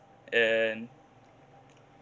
and